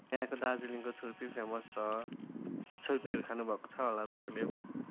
यहाँको दार्जिलिङको छुर्पी फेमस छ छुर्पीहरू खानुभएको छ होला तपाईँले